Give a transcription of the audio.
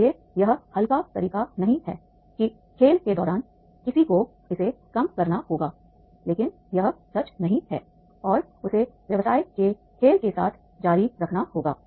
इसलिए यह हल्का तरीका नहीं है कि खेल के दौरान किसी को इसे कम करना होगा लेकिन यह सच नहीं है और उसे व्यवसाय के खेल के साथ जारी रखना होगा